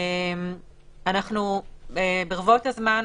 ברבות הזמן,